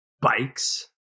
bikes